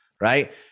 right